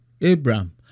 Abraham